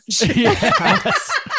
Yes